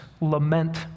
lament